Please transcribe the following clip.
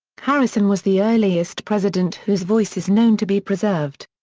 harrison was the earliest president whose voice is known to be preserved.